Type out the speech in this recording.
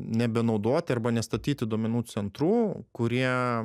nebenaudoti arba nestatyti duomenų centrų kurie